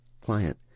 Client